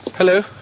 hello.